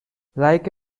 like